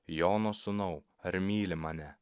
jono sūnau ar myli mane